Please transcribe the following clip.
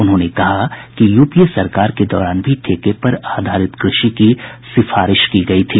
उन्होंने कहा कि यूपीए सरकार के दौरान भी ठेके पर आधारित कृषि की सिफारिश की गई थी